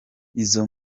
izo